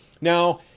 Now